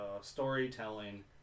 storytelling